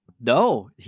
No